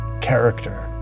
character